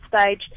stage